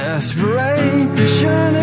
Desperation